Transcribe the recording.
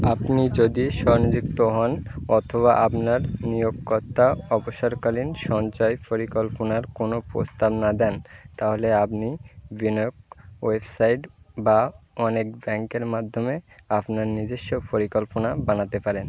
আপনি যদি স্বনিযুক্ত হন অথবা আপনার নিয়োগকর্তা অবসরকালীন সঞ্চয় পরিকল্পনার কোনও প্রস্তাব না দেন তাহলে আপনি বিনিয়োগ ওয়েবসাইট বা অনেক ব্যাঙ্কের মাধ্যমে আপনার নিজস্ব পরিকল্পনা বানাতে পারেন